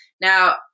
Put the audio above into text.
Now